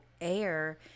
air